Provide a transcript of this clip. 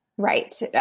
Right